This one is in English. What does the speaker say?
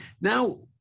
Now